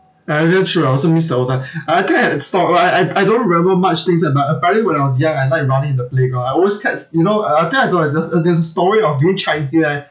damn true ah I also miss the whole time uh I think I I had stop but I I I don't remember much things about apparently when I was young I like running in the playground I always catch you know I I think I told you I just in in the story of during chinese new year right